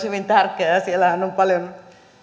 hyvin tärkeä ja sillähän on paljon